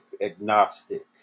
agnostic